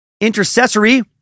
intercessory